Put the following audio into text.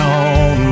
on